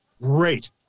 great